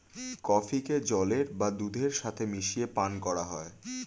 কফিকে জলের বা দুধের সাথে মিশিয়ে পান করা হয়